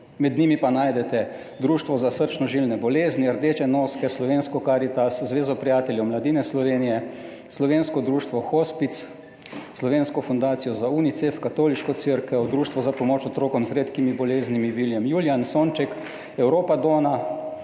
Med njimi pa najdete Društvo za srčno žilne bolezni, Rdeče noske, Slovensko karitas, Zvezo prijateljev mladine Slovenije, Slovensko društvo Hospic, Slovensko fundacijo za UNICEF, Katoliško cerkev, Društvo za pomoč otrokom z redkimi boleznimi Viljem Julijan, Sonček, Europa Donna,